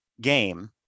game